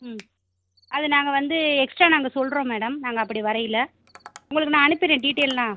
ம் அது நாங்கள் வந்து எக்ஸ்ட்ரா நாங்கள் சொல்கிறோம் மேடம் நாங்கள் அப்படி வரையில் உங்களுக்கு நான் அனுப்பிடுறேன் டீட்டெயிலெல்லாம்